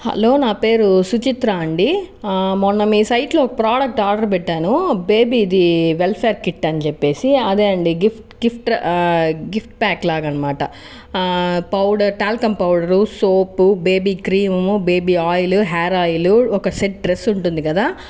hello నా పేరు సుచిత్ర అండి మొన్న మీ సైట్లో ఒక ప్రోడక్ట్ ఆర్డర్ పెట్టాను బేబీది వెల్ఫేర్ కిట్ అని చెప్పి అదే అండి గిఫ్ట్ గిఫ్ట్ ప్యాక్ లాగా అన్నమాట powder talcum powder soap baby cream baby oil hair oil ఒక సెట్ డ్రెస్ ఉంటుంది కదా